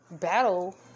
battle